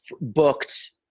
booked